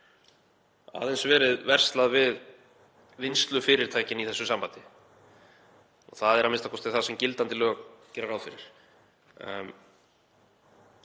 aðeins verið verslað við vinnslufyrirtækin í þessu sambandi. Það er a.m.k. það sem gildandi lög gera ráð fyrir.